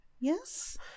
Yes